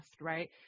right